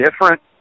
different